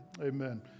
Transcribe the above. amen